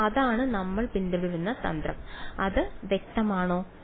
അപ്പോൾ അതാണ് നമ്മൾ പിന്തുടരുന്ന തന്ത്രം അത് വ്യക്തമാണോ